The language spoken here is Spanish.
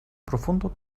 profundo